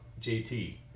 JT